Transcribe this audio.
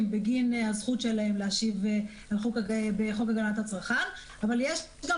בגין הזכות שלהם להשיב בחוק הגנת הצרכן אבל יש גם